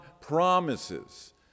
promises